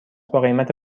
باقیمت